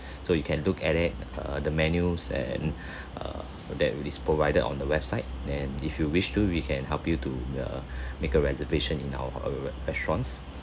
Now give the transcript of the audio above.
so you can look at it err the menus and err that is provided on the website and if you wish to we can help you to uh make a reservation in our ho~ uh restaurants